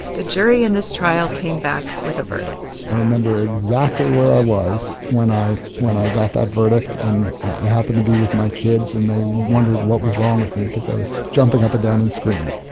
the jury in this trial came back with a verdict i remember exactly where i was when i when i got that verdict. and i happened to be with my kids, and they wondered what was wrong with me because i was jumping up and down and screaming